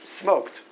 smoked